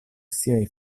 siaj